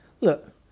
Look